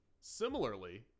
similarly